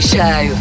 Show